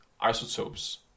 isotopes